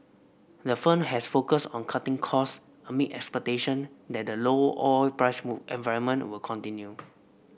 the firm has focused on cutting cost amid expectation that the low oil price environment will continue